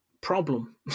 problem